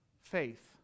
faith